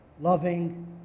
loving